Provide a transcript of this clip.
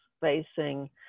facing